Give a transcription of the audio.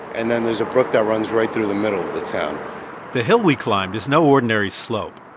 and then there's a brook that runs right through the middle of the town the hill we climbed is no ordinary slope.